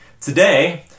Today